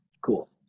Cool